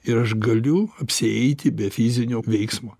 ir aš galiu apsieiti be fizinio veiksmo